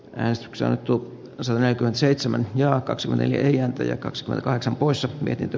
rask saatu kasaan etelä seitsemän ja kaksi neljä ja kaks kaheksan poissa mietintö